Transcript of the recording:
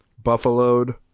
Buffaloed